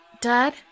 Dad